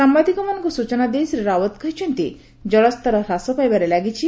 ସାମ୍ଘାଦିକମାନଙ୍କୁ ସୂଚନା ଦେଇ ଶ୍ରୀ ରାଓ୍ୱତ୍ କହିଛନ୍ତି ଜଳସ୍ତର ହ୍ରାସ ପାଇବାରେ ଲାଗିଛି